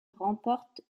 remporte